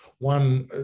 One